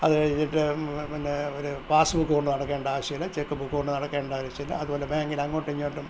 അതുകഴിഞ്ഞിട്ട് പിന്നെ ഒരു പാസ്ബുക്ക് കൊണ്ടു നടക്കേണ്ട ആവിശ്യമില്ല ചെക്ക്ബുക്ക് കൊണ്ടു നടക്കേണ്ട ആവിശ്യമില്ല അതുപോലെ ബാങ്കിൽ അങ്ങോട്ടും ഇങ്ങോട്ടും